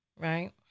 right